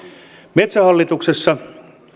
metsähallituksessa